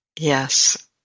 Yes